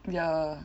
ya